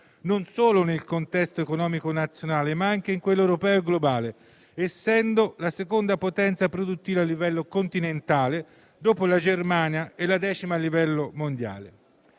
non solo nel contesto economico nazionale, ma anche in quello europeo e globale, essendo la seconda potenza produttiva a livello continentale, dopo la Germania, e la decima a livello mondiale.